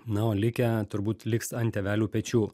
na o likę turbūt liks ant tėvelių pečių